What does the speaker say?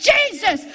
Jesus